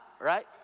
right